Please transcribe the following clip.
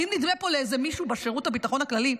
כי אם נדמה פה לאיזה מישהו בשירות הביטחון הכללי,